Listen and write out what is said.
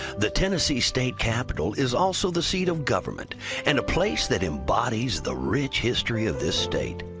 the tennessee state capitol is also the seed of government and a place that embodies the rich history of this state.